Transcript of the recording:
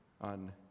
on